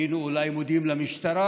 היינו אולי מודים למשטרה,